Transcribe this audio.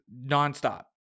nonstop